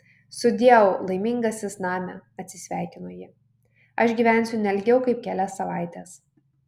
sudieu laimingasis name atsisveikino ji aš gyvensiu ne ilgiau kaip kelias savaites